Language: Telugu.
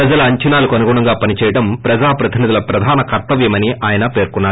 ప్రజల అంచనాలకు అనుగుణంగా పన్ చేయడం ప్రజాప్రతినిధుల ప్రధాన కర్తవ్యమని ఆయన పేర్కొన్నారు